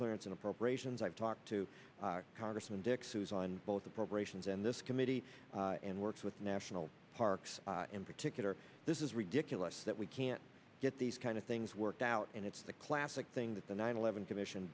clearance in appropriations i've talked to congressman dicks who's on both appropriations and this committee and works with national parks in particular this is ridiculous that we can't get these kind of things worked out and it's the classic thing that the nine eleven commission